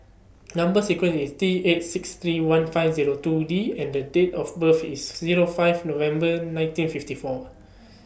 Number sequence IS T eight six three one five Zero two D and Date of birth IS Zero five November nineteen fifty four